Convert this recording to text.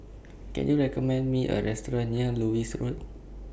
Can YOU recommend Me A Restaurant near Lewis Road